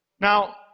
Now